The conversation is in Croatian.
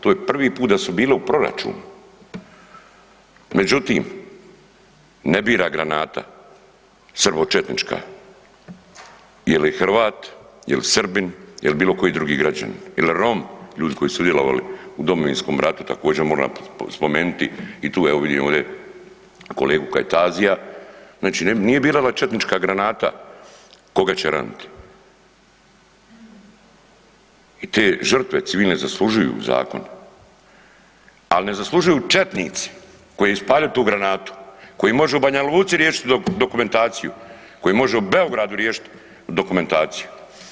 To je prvi put da su bile u proračunu međutim ne bira granata srbočetnička je li Hrvat, je li Srbin je li bilokoji drugi građanin ili Rom, ljudi koji su sudjelovali u Domovinskom ratu, također moram spomenuti i tu, evo vidim ovdje kolegu Kajtazija, znači nije birala četnička granata koga će raniti i te žrtve civilne zaslužuju zakon ali ne zaslužuju četnici koji su ispalili tu granatu, koji može u Banja Luci riješiti dokumentaciju, koji može u Beogradu riješiti dokumentaciju.